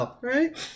right